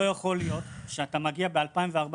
לא יכול להיות שאתה מגיע ב-2014,